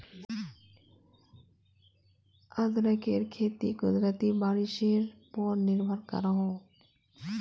अदरकेर खेती कुदरती बारिशेर पोर निर्भर करोह